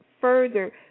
further